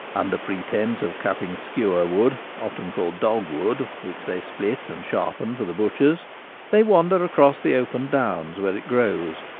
under pretence of cutting skewer-wood, often called dog wood, which they split and sharpen for the butchers they wander across the open downs where it grows,